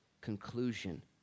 conclusion